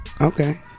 Okay